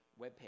webpage